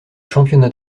championnat